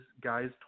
guys